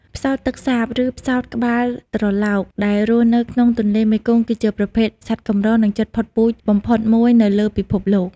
ផ្សោតទឹកសាប ឬផ្សោតក្បាលត្រឡោក ដែលរស់នៅក្នុងទន្លេមេគង្គ គឺជាប្រភេទសត្វកម្រ និងជិតផុតពូជបំផុតមួយនៅលើពិភពលោក។